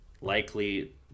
likely